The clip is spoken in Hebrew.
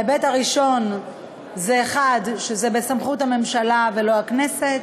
ההיבט הראשון הוא שזה בסמכות הממשלה ולא הכנסת.